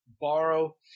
borrow